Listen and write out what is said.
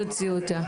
את יודעת מה